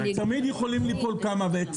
תמיד יכולים ליפול כמה.